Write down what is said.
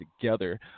together